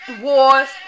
wars